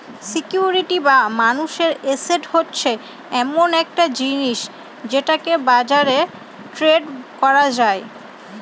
security বা মানুষের asset হচ্ছে এমন একটা জিনিস যেটাকে বাজারে ট্রেড করা যায়